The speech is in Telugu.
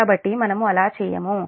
కాబట్టి మనము అలా చేయము